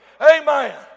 Amen